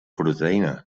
proteïna